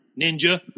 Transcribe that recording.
Ninja